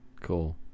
cool